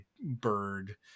bird